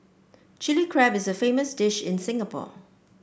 Chilli Crab is a famous dish in Singapore